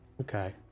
Okay